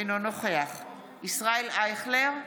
אינו נוכח ישראל אייכלר,